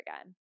again